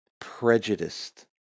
prejudiced